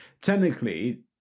technically